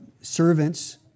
servants